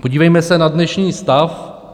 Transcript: Podívejme se na dnešní stav.